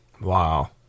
Wow